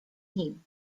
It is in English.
him